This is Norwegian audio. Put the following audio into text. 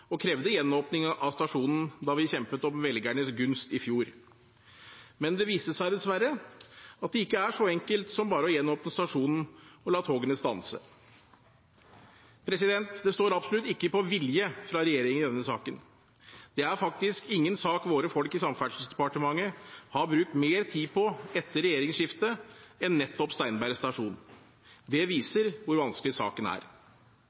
og krevde gjenåpning av stasjonen da vi kjempet om velgernes gunst i fjor. Men det viste seg, dessverre, at det ikke er så enkelt som bare å gjenåpne stasjonen og la togene stanse. Det står absolutt ikke på vilje fra regjeringen i denne saken. Det er faktisk ingen sak våre folk i Samferdselsdepartementet har brukt mer tid på etter regjeringsskiftet enn nettopp Steinberg stasjon. Det viser hvor vanskelig saken er.